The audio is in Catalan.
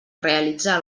realitzar